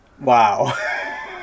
Wow